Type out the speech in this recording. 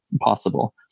possible